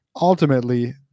ultimately